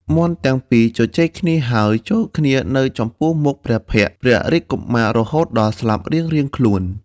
មាន់ទាំងពីរ ជជែកគ្នាហើយ ជល់គ្នានៅចំពោះព្រះភក្ត្រព្រះរាជកុមាររហូតដល់ស្លាប់រៀងៗខ្លួន ។